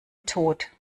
tod